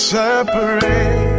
separate